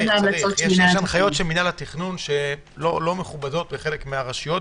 יש הנחיות של מינהל התכנון שלא מכובדות בחלק מהרשויות,